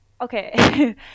Okay